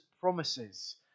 promises